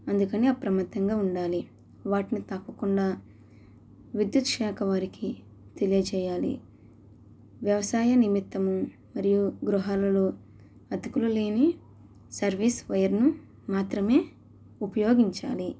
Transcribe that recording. అందుకని అప్రమత్తంగా ఉండాలి వాటిని తాకకుండా విద్యుత్ శాఖ వారికి తెలియచేయాలి వ్యవసాయ నిమిత్తం మరియు గృహాలలో అతుకులు లేని సర్వీస్ వైర్ను మాత్రమే ఉపయోగించాలి